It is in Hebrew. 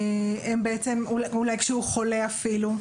אולי כשהוא חולה אפילו.